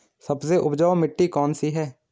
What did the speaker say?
सबसे उपजाऊ मिट्टी कौन सी है?